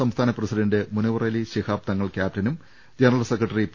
സംസ്ഥാന് president Munavvarali Shihab Thangal ക്യാപ്റ്റനും general secretary P